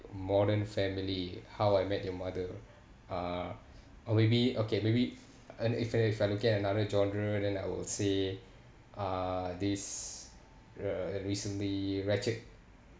modern family how I met your mother uh oh maybe okay maybe and if I if I looking another genre then I will say uh this recently ratchet